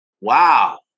Wow